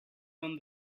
fan